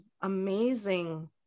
amazing